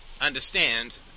understand